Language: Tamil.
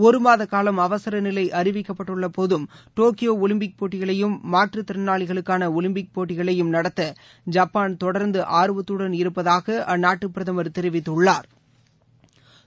ஒருமாத காலம் அவசரநிலை அறிவிக்கப்பட்டுள்ள போதும் டோக்கியோ ஒலிம்பிக் போட்டிகளையும் மாற்றத்திறனாளிகளுக்கான ஒலிம்பிக் போட்டிகளையும் நடத்த ஐப்பான் தொடர்ந்து அர்வத்துடன் இருப்பதாக அந்நாட்டு பிரதமர் திரு யோஷிஹிடே சுகா தெரிவித்துள்ளார்